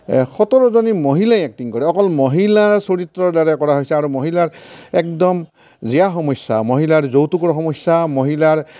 এ সোতৰজনী মহিলাই একটিং কৰে অকল মহিলা চৰিত্ৰৰ দ্বাৰাই কৰা হৈছে আৰু মহিলাৰ একদম জীয়া সমস্যা মহিলাৰ যৌতুকৰ সমস্যা মহিলাৰ